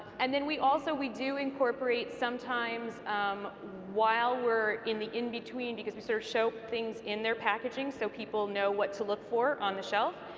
and then also we do incorporate sometimes um while we're in the in-between, because we sort of show things in their packaging so people know what to look for on the shelf,